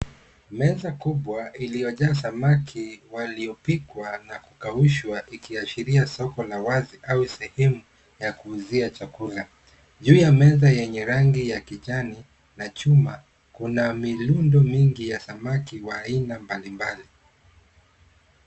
Meza kubwa iliojaa samaki waliopikwa na kukaushwa ikiashiria soko la wazi au sehemu ya kuuzia chakula. Juu ya meza yenye rangi ya kijani na chuma, kuna mirundo mingi ya samaki wa aina mbalimbali.